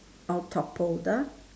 all toppled ah